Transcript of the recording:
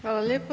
Hvala lijepa.